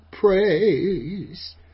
praise